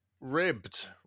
Ribbed